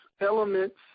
elements